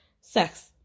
sex